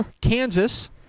Kansas